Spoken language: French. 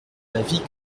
l’avis